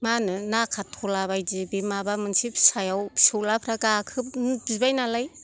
मा होनो नाका टला बायदि बे माबा मोनसे फिसायाव फिसौलाफ्रा गाखो बिबाय नालाय